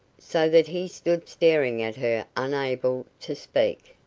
so that he stood staring at her unable to speak.